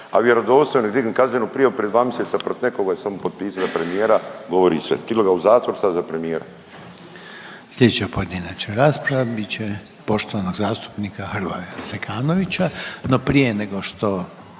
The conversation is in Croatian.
a vjerodostojno je dignut kaznenu prijavu prije dva miseca protiv nekoga i sad mu potpisat za premijera govori sve, tilo ga u zatvor, sad za premijera. **Reiner, Željko (HDZ)** Slijedeća pojedinačna rasprava biti će poštovanog zastupnika Hrvoja Zekanovića, no prije nego što